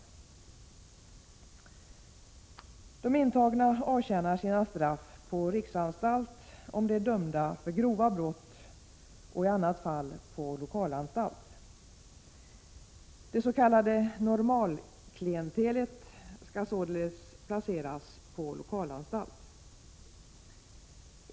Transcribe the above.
De intagna avtjänar sina straff på riksanstalt om de är dömda för grova brott och på lokalanstalt i annat fall. Det s.k. normalklientelet skall således placeras på lokalanstalt.